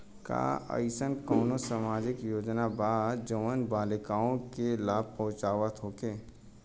का एइसन कौनो सामाजिक योजना बा जउन बालिकाओं के लाभ पहुँचावत होखे?